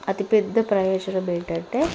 అతిపెద్ద ప్రయోజనం ఏంటంటే